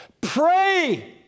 Pray